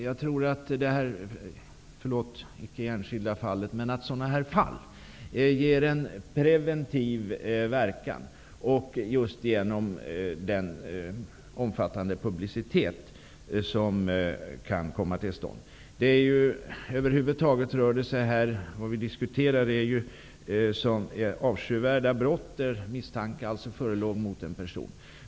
Jag upprepar vad jag tidigare sade om den omfattande publicitet som kan komma till stånd i sådana här fall. Det har en preventiv verkan. Vad vi diskuterar är ett avskyvärt brott, där misstanke förelåg mot en person.